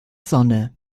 sonne